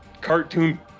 cartoon